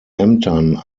ämtern